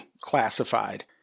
classified